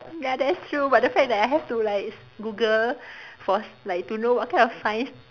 ya that's true but the fact that I have to like Google for like to know what kind of signs